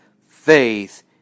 faith